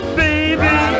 baby